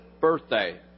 birthday